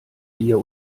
dir